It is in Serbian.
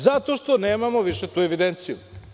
Zato što nemamo više tu evidenciju.